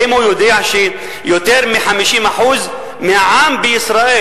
האם הוא יודע שיותר מ-50% מהעם בישראל,